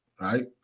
Right